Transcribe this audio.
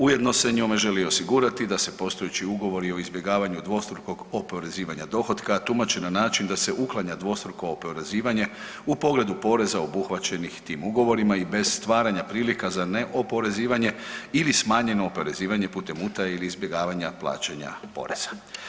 Ujedno se njome želi osigurati da se postojeći ugovori o izbjegavanju dvostrukog oporezivanja dohotka tumače na način da se uklanja dvostruko oporezivanje u pogledu poreza obuhvaćenih tim ugovorima i bez stvaranja prilika za neoporezivanje ili smanjeno oporezivanje putem utaje ili izbjegavanja plaćanja poreza.